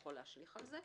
יכול להשליך על זה,